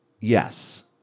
Yes